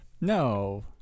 no